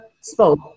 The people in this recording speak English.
spoke